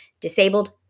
disabled